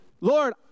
Lord